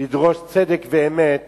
לדרוש צדק ואמת